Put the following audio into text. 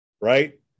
right